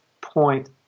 point